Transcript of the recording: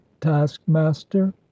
taskmaster